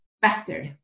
better